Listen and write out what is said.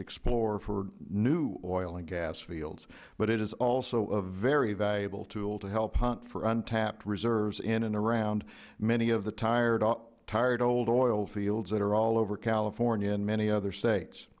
explore for new oil and gas fields but it is also a very valuable tool to help hunt for untapped reserves in and around many of the tired old oil fields that are all over california and many other states